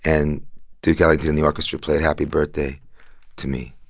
and duke ellington and the orchestra played happy birthday to me